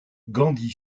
gandhi